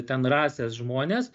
ten rasės žmonės